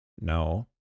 No